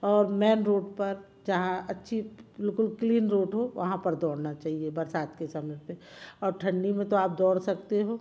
और main road पर जहाँ अच्छी बिल्कुल क्लीन रोड हो वहाँ पर दौड़ना चाहिए बरसात के समय पर और ठण्डी में तो आप दौड़ सकते हो